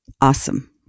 Awesome